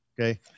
Okay